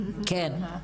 כן.